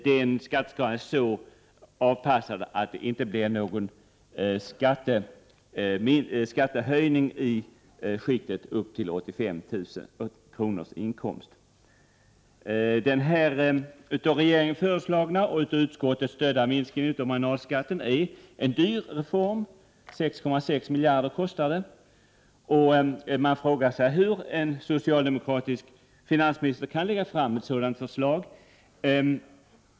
Den skattesatsen är så avpassad att det inte blir någon skattehöjning i skiktet upp till 85 000 kr. i årsinkomst. Den av regeringen föreslagna och av utskottet stödda minskningen av marginalskatten är en dyr reform. Den kostar 6,6 miljarder kronor. Man frågar sig hur en socialdemokratisk finansminister kan lägga fram ett sådant förslag.